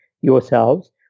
yourselves